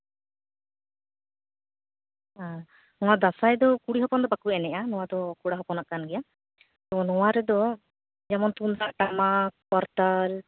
ᱦᱮᱸ ᱱᱚᱣᱟ ᱫᱟᱸᱥᱟᱭ ᱫᱚ ᱠᱩᱲᱤ ᱦᱚᱯᱚᱱ ᱫᱚ ᱵᱟᱠᱚ ᱮᱱᱮᱡᱼᱟ ᱠᱚᱲᱟ ᱦᱚᱯᱚᱱᱟᱜ ᱠᱟᱱ ᱜᱮᱭᱟ ᱱᱚᱣᱟ ᱨᱮᱫᱚ ᱛᱩᱢᱫᱟᱜ ᱴᱟᱢᱟᱠ ᱠᱚᱨᱛᱟᱞ